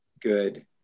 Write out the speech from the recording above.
Good